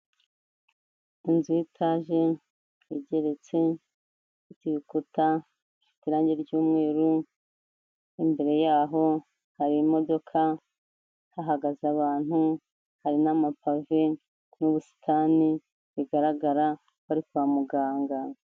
Inzu ya etaje igeretse ifite ibikuta bifite irangi ry'umweru, imbere yaho hari imodoka, hahagaze abantu, hari n'amapave n'ubusitani bigaragara ko ari kwa muganga.